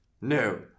No